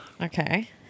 Okay